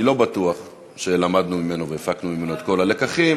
אני לא בטוח שלמדנו ממנו והפקנו ממנו את כל הלקחים,